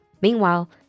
Meanwhile